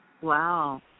Wow